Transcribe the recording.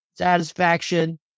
satisfaction